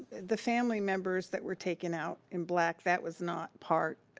the family members that were taken out in black that was not part,